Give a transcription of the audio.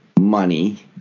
money